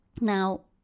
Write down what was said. Now